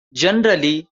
generally